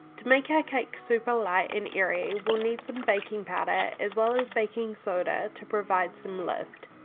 to make our cake super light and airy we'll need some baking powder as well as baking soda to provide some lift.